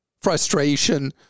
frustration